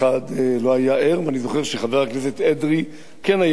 ואני זוכר שחבר הכנסת אדרי כן היה ער לבעיה,